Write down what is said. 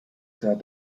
sat